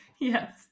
yes